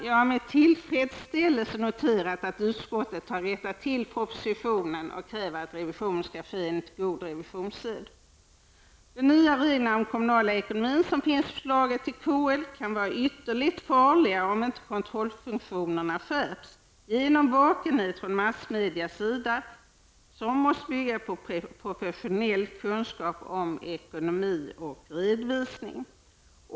Jag har med tillfredsställelse noterat att utskottet har avvikit från propositionen och krävt att revisionen skall ske enligt god revisionssed. De nya reglerna om den kommunala ekonomin, som finns med i förslaget till kommunallag, kan vara ytterligt farliga om inte kontrollfunktionerna skärps. Det krävs vakenhet från massmedierna, som måste ha professionella kunskaper om ekonomi och redovisning.